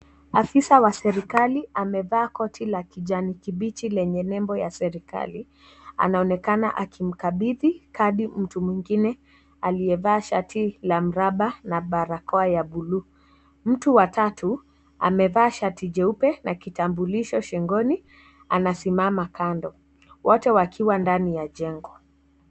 Afisa wa serikali amevaa koti la kijani kibichi lenye nembo ya serikali anaonekana akimkabidhi kadi mtu mwingine aliye vaa shati la mraba na barakoa ya bluu. Mtu wa tatu amevaa shati jeupe na kitambulisho shingoni anasimama kando wote wakiwa ndani ya jengo.